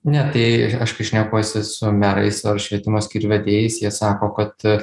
ne tai aš kai šnekuosi su merais ar švietimo skyrių vedėjais jie sako kad